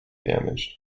damaged